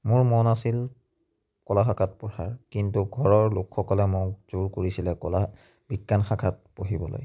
মোৰ মন আছিল কলা শাখাত পঢ়াৰ কিন্তু ঘৰৰ লোকসকলে মোক জোৰ কৰিছিলে কলা বিজ্ঞান শাখাত পঢ়িবলৈ